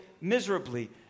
miserably